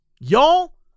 Y'all